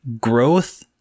Growth